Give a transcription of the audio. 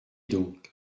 donc